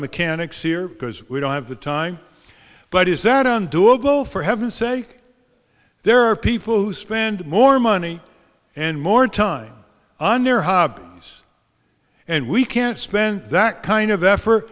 mechanics here because we don't have the time but is that on doable for heaven's sake there are people who spend more money and more time on their hob and we can't spend that kind of effort